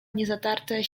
niezatarte